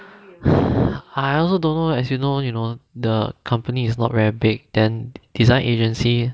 I also don't know as you know you know the company is not very big then design agency